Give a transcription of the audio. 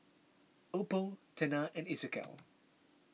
Oppo Tena and Isocal